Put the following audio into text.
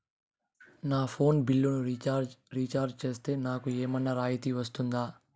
నా ఫోను బిల్లును recharge recharge సేస్తే, నాకు ఏమన్నా రాయితీ వస్తుందా?